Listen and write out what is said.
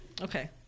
Okay